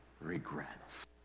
regrets